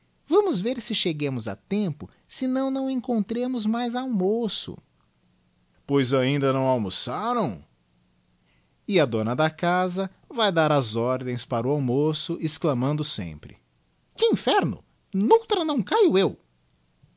vamos ver se cheguemos a tempo senão não encontremos mais almoço pois ainda não almoçaram e a dona da casa vae dar as ordens para o almoço exclamando sempre que inferno noutra não caio eu